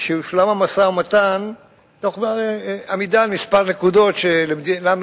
שיושלם המשא-ומתן תוך עמידה על כמה נקודות, שלנו,